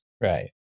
right